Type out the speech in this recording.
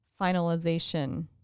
finalization